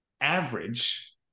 average